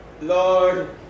Lord